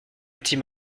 petit